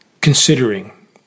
Considering